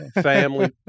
Family